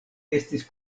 estis